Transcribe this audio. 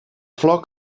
flor